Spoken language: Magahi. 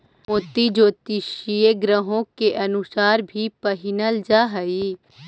मोती ज्योतिषीय ग्रहों के अनुसार भी पहिनल जा हई